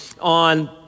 on